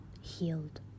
healed